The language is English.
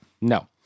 No